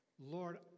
Lord